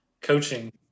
coaching